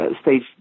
stage